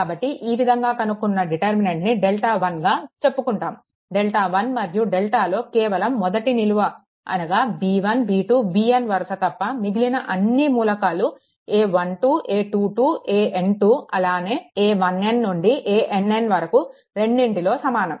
కాబట్టి ఈ విధంగా కన్నుకున్న డిటర్మినెంట్ ని డెల్టా1గా చెప్పుకుంటాము డెల్టా1 మరియు డెల్టా లో కేవలం మొదటి నిలువ అనగా b1 b2 bn వరుస తప్ప మిగిలిన అన్నీ మూలకాలు a12 a22 an2 అలానే a1n నుండి ann వరకు రెండిట్లో సమానం